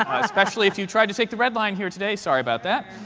especially if you tried to take the red line here today. sorry about that.